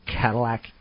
Cadillac